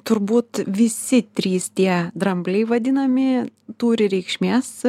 turbūt visi trys tie drambliai vadinami turi reikšmės